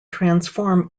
transform